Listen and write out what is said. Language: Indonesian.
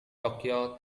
tokyo